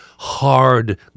Hard